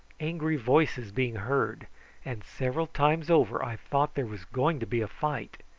angry voices being heard and several times over i thought there was going to be a fight.